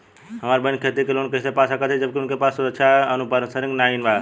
हमार बहिन खेती के लोन कईसे पा सकेली जबकि उनके पास सुरक्षा या अनुपरसांगिक नाई बा?